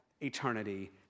eternity